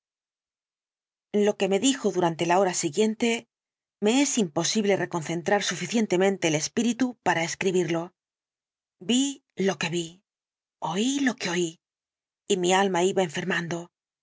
lo que me dijo durante la hora siguiente me es imposible reconcentrar suficientemente el espíritu para escribirlo vi lo que vi oí lo que oí y mi alma iba enfermando